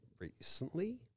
recently